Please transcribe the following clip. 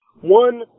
One